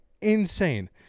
Insane